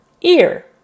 ear